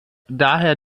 daher